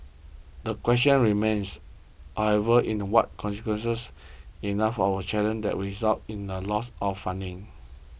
the question remains however in the what consequences enough of a challenge that results in a loss of funding